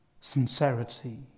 sincerity